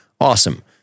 Awesome